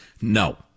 no